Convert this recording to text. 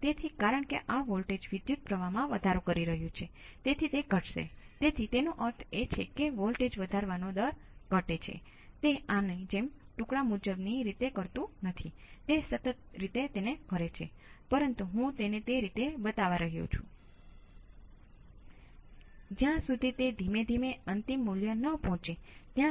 તેથી આ વસ્તુઓ માટે ઉકેલ લાવવાનો રસ્તો એ છે કે પહેલા તમે આ ટાઈમ કોંસ્ટંટ નક્કી કરો આ તમે સ્ત્રોતને 0 પર નક્કી કર્યો અને અસરકારક કેપેસીટન્સ